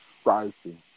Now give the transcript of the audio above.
Spicy